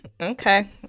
Okay